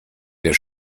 der